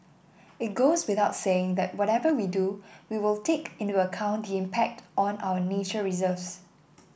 it goes without saying that whatever we do we will take into account the impact on our nature reserves